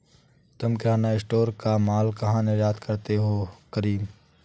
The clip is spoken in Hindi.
तुम किराना स्टोर का मॉल कहा निर्यात करते हो करीम?